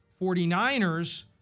49ers